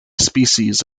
species